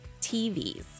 TVs